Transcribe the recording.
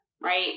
right